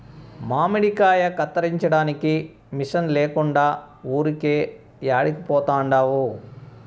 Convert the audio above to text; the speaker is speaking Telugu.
మామిడికాయ కత్తిరించడానికి మిషన్ లేకుండా ఊరికే యాడికి పోతండావు